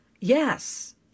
Yes